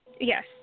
Yes